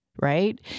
right